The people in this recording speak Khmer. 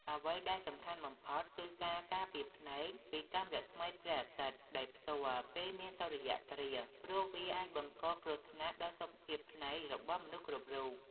អ្វីដែលសំខាន់បំផុតគឺការការពារភ្នែកពីកាំរស្មីព្រះអាទិត្យដោយផ្ទាល់ពេលមានសូរ្យគ្រាស ព្រោះវាអាចបង្កគ្រោះថ្នាក់ដល់សុខភាពភ្នែករបស់មនុស្សគ្រប់រូប ។